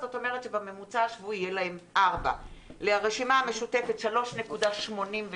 בממוצע השבועי יהיה להם 4. לרשימה המשותפת 3.86,